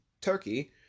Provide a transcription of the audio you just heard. Turkey